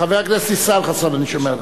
חבר הכנסת ישראל חסון, אני שומע אותך.